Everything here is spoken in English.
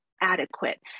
adequate